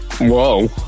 Whoa